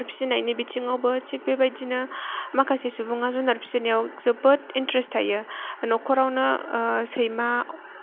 जुनार फिसिनायनि बिथिङावबो थिक बेबादिनो माखासे सुबुङा जुनार फिसिनायाव जोबोर इन्ट्रेस थायो नखरावनो सैमा